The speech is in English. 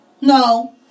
no